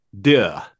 duh